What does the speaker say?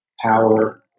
power